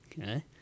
Okay